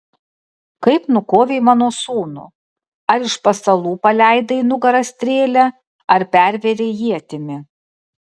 kaip nukovei mano sūnų ar iš pasalų paleidai į nugarą strėlę ar pervėrei ietimi